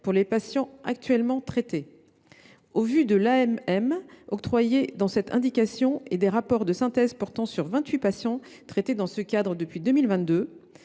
pour les patients actuellement traités. Au vu de l’AMM octroyée dans cette indication et des rapports de synthèse portant sur vingt huit patients traités dans ce cadre depuis 2022,